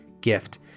gift